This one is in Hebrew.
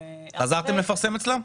-- חזרתם לפרסם אצלם?